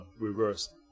reverse